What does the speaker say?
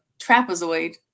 trapezoid